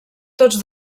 tots